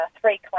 three